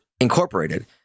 incorporated